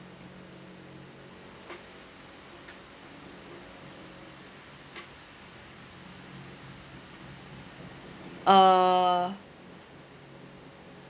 uh